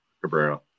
Cabrera